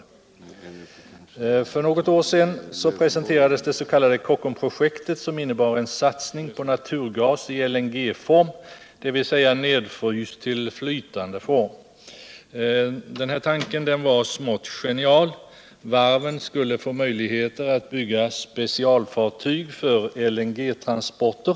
För något år sedan prosenterades det s.k. Kockumsprojektet. som innebar en satsning på naturgas i LNG-form, dvs. nedfryst till Nytande form. Tanken är smått genial. Varven skulle få möjligheter att bygga specialfartyg för LNG-transporter.